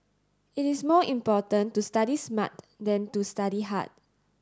it is more important to study smart than to study hard